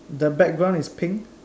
the background is pink